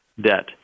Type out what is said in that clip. debt